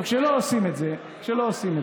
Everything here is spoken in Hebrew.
עכשיו, כשלא עושים את זה, פוגעים.